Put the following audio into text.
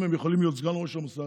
אם הם יכולים להיות סגן ראש המוסד,